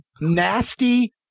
Nasty